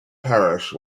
parish